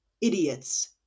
idiots